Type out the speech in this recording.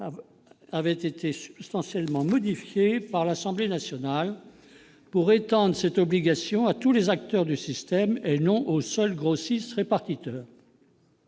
avait été substantiellement modifié par l'Assemblée nationale pour étendre cette obligation à tous les acteurs du système, et non aux seuls grossistes-répartiteurs.